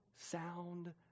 Sound